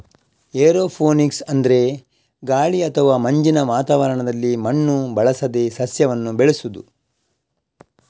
aeroponics ಅಂದ್ರೆ ಗಾಳಿ ಅಥವಾ ಮಂಜಿನ ವಾತಾವರಣದಲ್ಲಿ ಮಣ್ಣು ಬಳಸದೆ ಸಸ್ಯಗಳನ್ನ ಬೆಳೆಸುದು